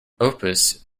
opus